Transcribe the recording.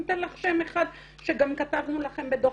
אני אתן לך שם אחד שגם כתבנו לכם בדוח,